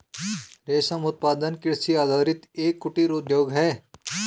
रेशम उत्पादन कृषि आधारित एक कुटीर उद्योग है